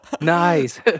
nice